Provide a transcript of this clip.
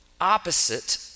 opposite